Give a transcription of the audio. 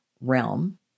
realm